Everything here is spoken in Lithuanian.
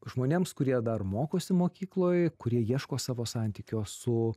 žmonėms kurie dar mokosi mokykloj kurie ieško savo santykio su